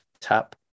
tap